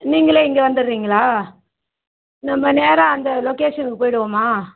நீங்களே இங்கே வந்துடுறீங்களா நம்ம நேராக அந்த லொக்கேஷன்க்கு போயிடுவோமா